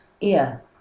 ear